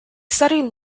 studied